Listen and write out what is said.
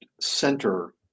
center